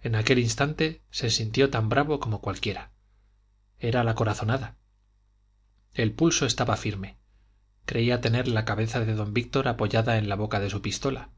en aquel instante se sintió tan bravo como cualquiera era la corazonada el pulso estaba firme creía tener la cabeza de don víctor apoyada en la boca de su pistola